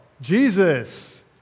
Jesus